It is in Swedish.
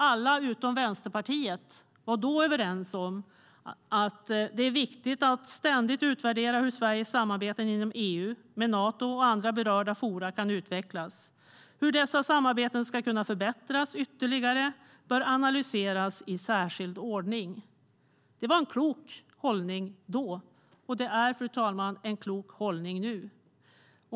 Alla utom Vänsterpartiet var då överens om att det är viktigt att ständigt utvärdera hur Sveriges samarbeten inom EU, med Nato och med andra berörda forum kan utvecklas. Hur dessa samarbeten ska kunna förbättras ytterligare bör analyseras i särskild ordning. Det var en klok hållning då, och det är en klok hållning nu.